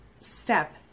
step